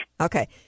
Okay